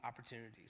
opportunities